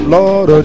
Lord